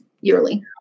yearly